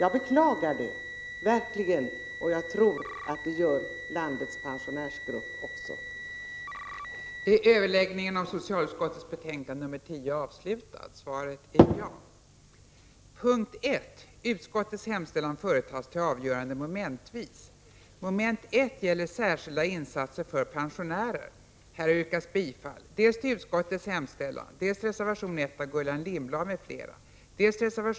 Jag beklagar det verkligen, och jag tror att landets pensionärsgrupp också gör det.